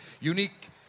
unique